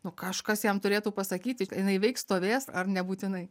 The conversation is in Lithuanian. nu kažkas jam turėtų pasakyti jinai veiks stovės ar nebūtinai